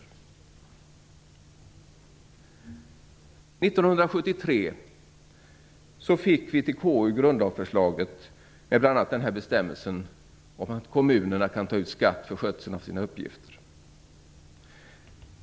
1973 överlämnades till KU grundlagsförslaget med bl.a. den här bestämmelsen om att kommunerna kan ta ut skatt för skötseln av sina uppgifter.